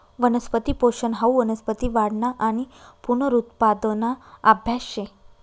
वनस्पती पोषन हाऊ वनस्पती वाढना आणि पुनरुत्पादना आभ्यास शे